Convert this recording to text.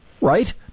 right